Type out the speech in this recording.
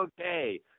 okay